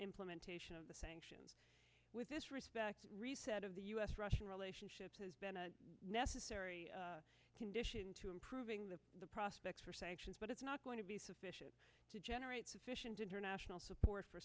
implementation of the sanctions with this respect reset of the us russian relationship has been a necessary condition to improving the prospects for sanctions but it's not going to be sufficient to generate sufficient international support for